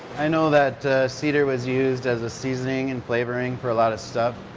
i know that cedar was used as a seasoning and flavoring for a lot of stuff.